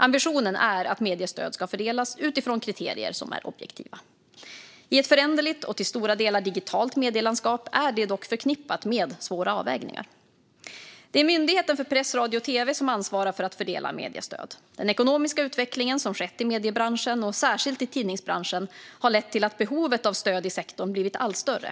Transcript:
Ambitionen är att mediestöd ska fördelas utifrån kriterier som är objektiva. I ett föränderligt och till stora delar digitalt medielandskap är detta dock förknippat med svåra avvägningar. Det är Myndigheten för press, radio och tv som ansvarar för att fördela mediestöd. Den ekonomiska utveckling som skett i mediebranschen, och särskilt i tidningsbranschen, har lett till att behovet av stöd i sektorn blivit allt större.